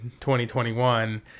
2021